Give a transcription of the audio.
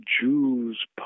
Jews